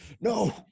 No